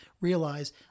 realize